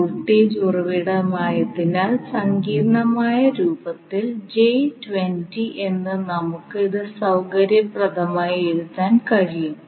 voltage ഉറവിടമായതിനാൽ സങ്കീർണ്ണമായ രൂപത്തിൽ എന്ന് നമുക്ക് ഇത് സൌകര്യപ്രദമായി എഴുതാൻ കഴിയും